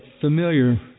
familiar